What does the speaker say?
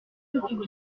publics